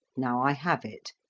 now i have it.